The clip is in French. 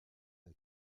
n’a